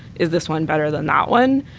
is this one better than that one?